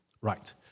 Right